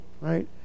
right